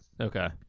Okay